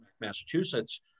Massachusetts